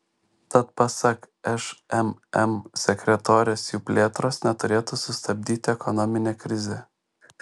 tad pasak šmm sekretorės jų plėtros neturėtų sustabdyti ekonominė krizė